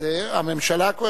אז הממשלה,